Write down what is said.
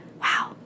Wow